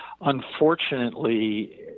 Unfortunately